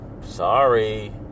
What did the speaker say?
sorry